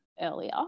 earlier